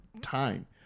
time